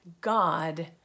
God